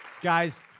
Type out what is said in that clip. Guys